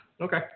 Okay